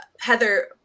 Heather